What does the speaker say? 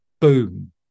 Boom